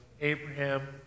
Abraham